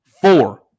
four